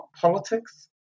politics